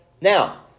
Now